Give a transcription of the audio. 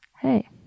hey